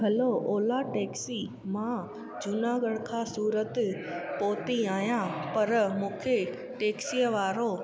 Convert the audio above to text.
hello Ola taxi मां जूनागढ़ खां सूरत पहुंती आहियां पर मूंखे टैक्सीअ वारो